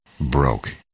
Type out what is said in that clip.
broke